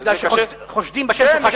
כי חושדים בשם שלך, שאתה ערבי.